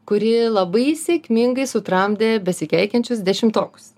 kuri labai sėkmingai sutramdė besikeikiančius dešimtokus